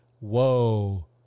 Whoa